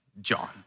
John